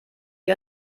wie